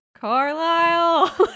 carlisle